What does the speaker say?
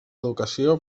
educació